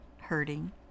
hurting